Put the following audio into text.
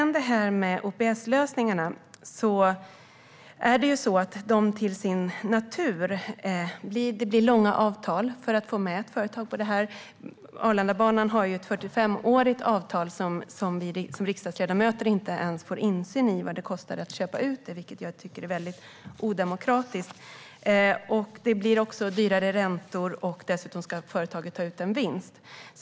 När det gäller OPS-lösningar ligger det i deras natur att det blir långa avtal för att man ska få med ett företag på detta. Arlandabanan har ett 45årigt avtal. Riksdagsledamöter får inte ens insyn i vad det kostar att lösa det, vilket jag tycker är väldigt odemokratiskt. Det blir dyrare räntor. Dessutom ska företaget ta ut en vinst.